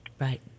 right